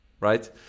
right